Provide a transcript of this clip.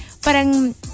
parang